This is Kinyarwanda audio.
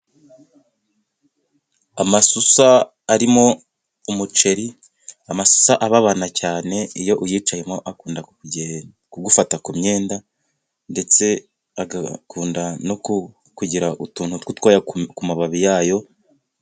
Amasusa arimo umuceri，amasusa ababana cyane， iyo uyicayemo akunda kugufata ku myenda，ndetse agakunda no kugira utuntu tw’utwoya ku mababi yayo.